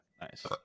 Nice